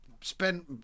spent